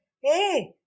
Hey